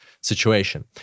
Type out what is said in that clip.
situation